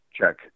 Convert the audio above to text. check